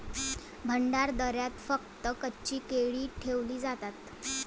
भंडारदऱ्यात फक्त कच्ची केळी ठेवली जातात